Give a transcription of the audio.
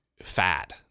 Fat